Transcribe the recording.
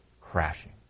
crashing